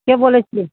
के बोलय छियै